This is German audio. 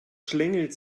schlängelt